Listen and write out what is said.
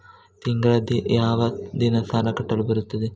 ತಿಂಗಳ ಯಾವ ದಿನ ಸಾಲ ಕಟ್ಟಲು ಬರುತ್ತದೆ?